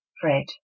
Fred